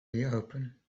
reopen